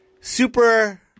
Super